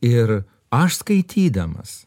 ir aš skaitydamas